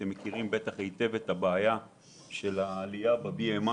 אתם מכירים את הבעיה של העלייה ב-BMI